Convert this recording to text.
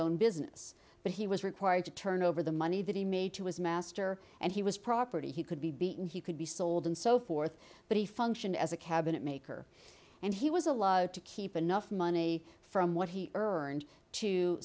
own business but he was required to turn over the money that he made to his master and he was property he could be beaten he could be sold and so forth but he functioned as a cabinet maker and he was allowed to keep enough money from what he earned to